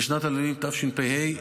ובשנת הלימודים תשפ"ה,